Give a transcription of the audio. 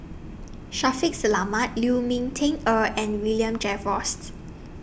Shaffiq Selamat Lu Ming Teh Earl and William Jervois's